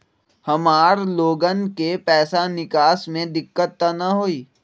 हमार लोगन के पैसा निकास में दिक्कत त न होई?